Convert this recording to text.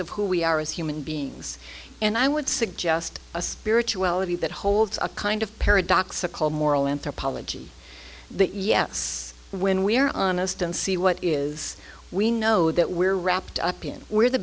of who we are as human beings and i would suggest a spirituality that holds a kind of paradoxical moral anthropology that yes when we are honest and see what is we know that we're wrapped up in where the